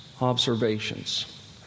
observations